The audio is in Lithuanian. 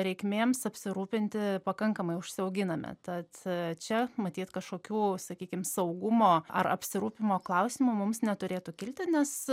reikmėms apsirūpinti pakankamai užsiauginame tad čia matyt kažkokių sakykim saugumo ar apsirūpinimo klausimų mums neturėtų kilti nes